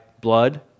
blood